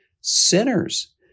sinners